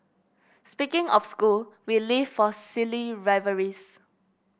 speaking of school we live for silly rivalries